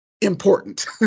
important